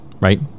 right